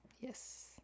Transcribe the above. Yes